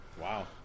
Wow